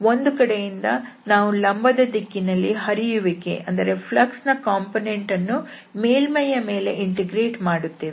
ಒಂದು ಕಡೆಯಿಂದ ನಾವು ಲಂಬದ ದಿಕ್ಕಿನಲ್ಲಿರುವ ಹರಿಯುವಿಕೆ ಯ ಕಾಂಪೊನೆಂಟ್ ಅನ್ನು ಮೇಲ್ಮೈಯ ಮೇಲೆ ಇಂಟಿಗ್ರೇಟ್ ಮಾಡುತ್ತೇವೆ